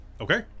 okay